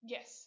Yes